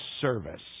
service